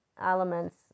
elements